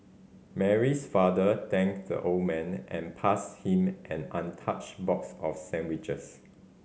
Mary's father thanked the old man and passed him an untouched box of sandwiches